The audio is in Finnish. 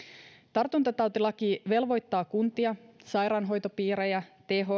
tartuntatautilaki velvoittaa kuntia sairaanhoitopiirejä thlää